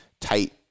tight